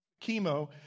chemo